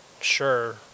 sure